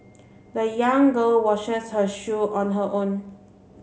the young girl washes her shoe on her own